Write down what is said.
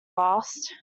last